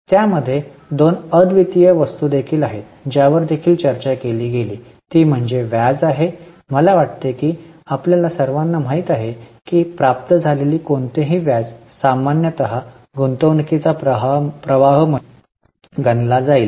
त्यामध्ये दोन अद्वितीय वस्तू देखील आहेत ज्यावर देखील चर्चा केली गेली ती म्हणजे व्याज आहे मला वाटते की आपल्या सर्वांना माहित आहे की प्राप्त झालेली कोणतीही व्याज सामान्यत गुंतवणूकीचा प्रवाह म्हणून गणली जाईल